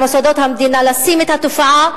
למוסדות המדינה לשים את התופעה,